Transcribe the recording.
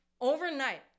Overnight